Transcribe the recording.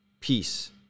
peace